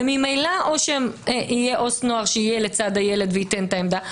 וממילא או שיהיה עובד סוציאלי לנוער שיהיה לצד הילד וייתן את העמדה,